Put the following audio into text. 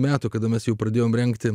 metų kada mes jau pradėjome rengti